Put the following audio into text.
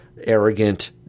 arrogant